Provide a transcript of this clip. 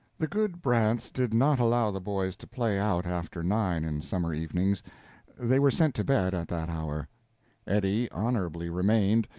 the good brants did not allow the boys to play out after nine in summer evenings they were sent to bed at that hour eddie honorably remained,